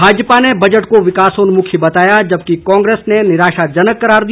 भाजपा ने बजट को विकासोन्मुखी बताया जबकि कांग्रेस ने निराशाजनक करार दिया